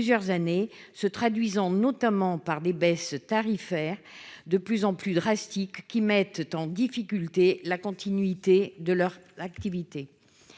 plusieurs années, se traduisant notamment par des baisses tarifaires de plus en plus drastiques qui mettent en difficulté la continuité de leur l'activité